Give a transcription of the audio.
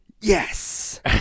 Yes